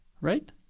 Right